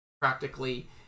practically